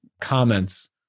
comments